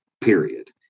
period